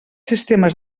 sistemes